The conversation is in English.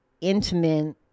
intimate